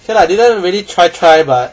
okay lah I didn't really try try but